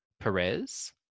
Perez